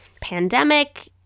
pandemic